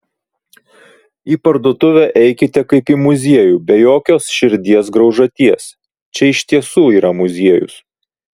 į parduotuvę eikite kaip į muziejų be jokios širdies graužaties čia iš tiesų yra muziejus